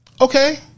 Okay